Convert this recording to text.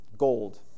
Gold